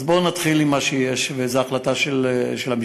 אז בואו נתחיל עם מה שיש, זו החלטה של המשטרה.